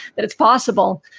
that it's possible.